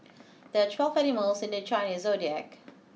there are twelve animals in the Chinese zodiac